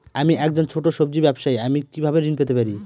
আমি একজন ছোট সব্জি ব্যবসায়ী আমি কিভাবে ঋণ পেতে পারি?